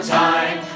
time